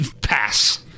pass